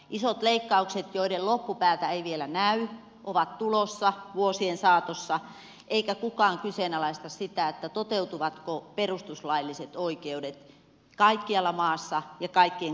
isot leikkaukset joiden loppupäätä ei vielä näy ovat tulossa vuosien saatossa eikä kukaan kyseenalaista sitä toteutuvatko perustuslailliset oikeudet kaikkialla maassa ja kaikkien kansalaisten kesken